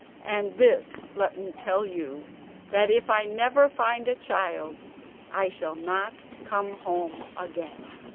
and this let me tell you that if i never find a child i shall not come home again